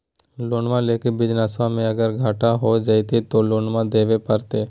लोनमा लेके बिजनसबा मे अगर घाटा हो जयते तो लोनमा देवे परते?